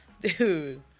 Dude